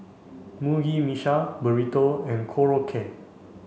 Mugi Meshi Burrito and Korokke